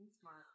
smart